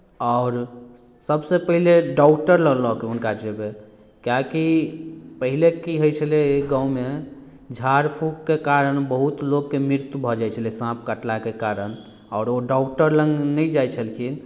अओर सबसे पहिले डॉक्टर लऽ के हुनका जेबै कियाकि पहिले की होइ छलै गाँवमे झाड़ फुककेँ कारण बहुत लोककेँ मृत्यु भऽ जाइ छलै साँप कटलाके कारण आओर ओ डॉक्टर लग नहि जाइ छलखिन